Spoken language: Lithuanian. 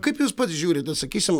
kaip jūs pats žiūrite sakysim